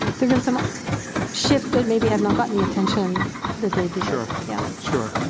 there's been some shifts that maybe have not gotten the attention that they deserve, yeah. sure,